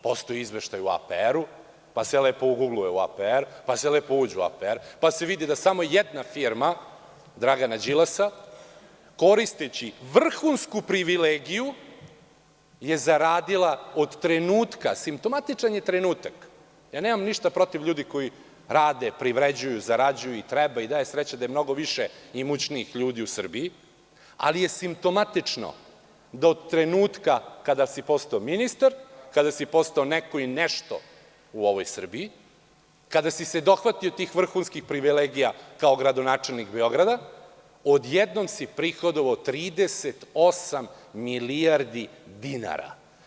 Postoji izveštaj u APR, pa se lepo ugugluje APR, pa se lepo uđe u APR, pa se vidi da je samo jedna firma Dragana Đilasa, koristeći vrhunsku privilegiju, zaradila od trenutka, simptomatičan je trenutak, nemam ništa protiv ljudi koji rade, privređuju, zarađuju, kamo sreće da je mnogo više imućnijih ljudi u Srbiji, da od kada si postao ministar, kada si postao neko i nešto u ovoj Srbiji, kada si se dohvatio tih vrhunskih privilegija, kao gradonačelnik Beograda, odjednom si prihodovao 38 milijardi dinara.